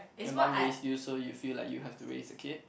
your mum raise you so you feel like you have to raise a kid